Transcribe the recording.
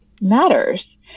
matters